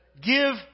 give